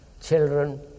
children